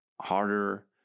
harder